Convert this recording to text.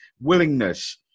willingness